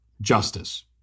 justice